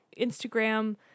Instagram